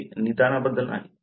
ते निदानाबद्दल आहे